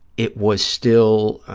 it was still,